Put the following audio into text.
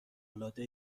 العاده